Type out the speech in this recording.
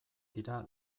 dira